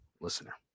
listener